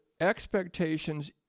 expectations